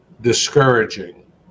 discouraging